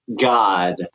God